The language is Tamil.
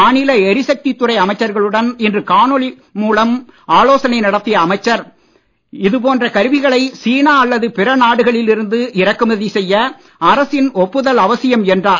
மாநில எரிசக்தித் துறை அமைச்சர்களுடன் இன்று காணொலி மூலம் ஆலோசனை நடத்திய அமைச்சர் இதுபோன்ற கருவிகளை சீனா அல்லது பிற நாடுகளில் இருந்து இறக்குமதி செய்ய அரசின் ஒப்புதல் அவசியம் என்றார்